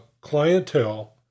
clientele